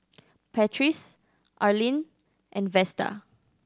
Patrice Arline and Vesta